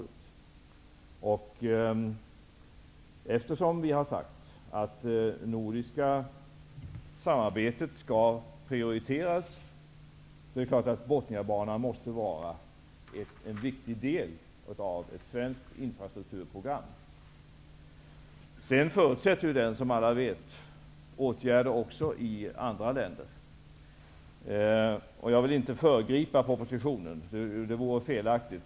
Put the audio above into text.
Eftersom vi har sagt att det nordiska samarbetet skall prioriteras, är det klart att Botniabanan måste vara en viktig del i ett svenskt infrastrukturprogram. Som alla vet förutsätter samarbetet även åtgärder i andra länder. Jag vill inte föregripa propositionen. Det vore fel.